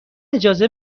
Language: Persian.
اجازه